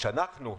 אני לא יודע איך,